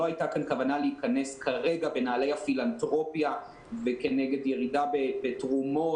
לא הייתה כאן כוונה להיכנס כרגע בנעלי הפילנתרופיה וכנגד ירידה בתרומות,